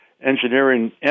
engineering